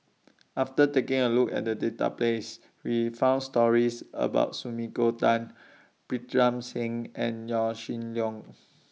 after taking A Look At The Database We found stories about Sumiko Tan Pritam Singh and Yaw Shin Leong